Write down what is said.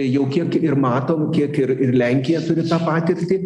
jau kiek ir matom kiek ir ir lenkija turi tą patirtį